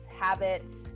habits